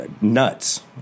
nuts